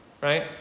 Right